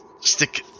stick